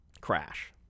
crash